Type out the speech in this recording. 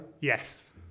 Yes